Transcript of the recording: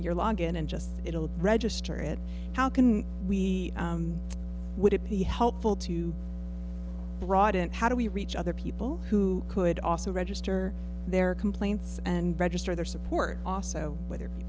your logon and just it'll register it how can we would it be helpful to broaden how do we reach other people who could also register their complaints and register their support also whether